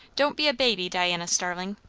don't be a baby, diana starling!